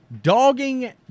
dogging